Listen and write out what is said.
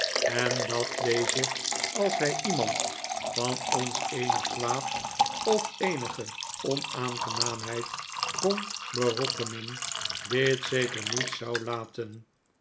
en dat deze als hij iemand van ons eenig kwaad of eenige onaangenaamheid kon berokkenen dit zeker niet zou laten